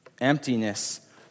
Emptiness